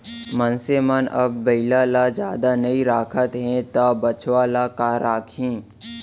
मनसे मन अब बइला ल जादा नइ राखत हें त बछवा ल का करहीं